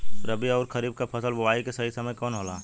रबी अउर खरीफ के फसल के बोआई के सही समय कवन होला?